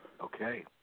Okay